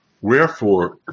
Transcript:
Wherefore